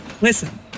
Listen